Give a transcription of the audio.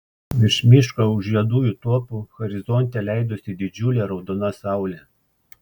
virš miško už juodųjų tuopų horizonte leidosi didžiulė raudona saulė